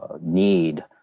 need